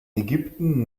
ägypten